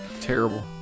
Terrible